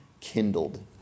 Kindled